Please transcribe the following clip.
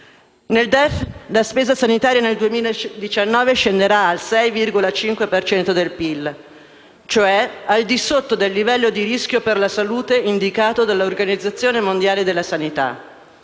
Nel DEF la spesa sanitaria nel 2019 scenderà al 6,5 per cento del PIL, cioè al di sotto del livello di rischio per la salute indicato dall'Organizzazione Mondiale della Sanità.